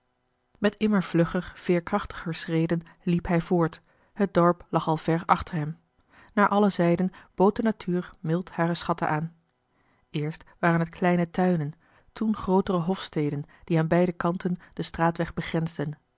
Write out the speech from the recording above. met immer vlugger veerkrachtiger schreden liep hij voort het dorp lag al ver achter hem naar alle zijden bood de natuur mild hare schatten aan eerst waren het kleine tuinen toen grootere hofsteden die aan beide kanten den straatweg begrensden